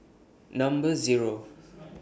Number Zero